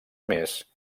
més